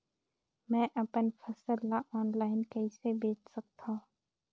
मैं अपन फसल ल ऑनलाइन कइसे बेच सकथव?